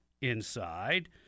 inside